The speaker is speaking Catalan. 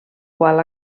qual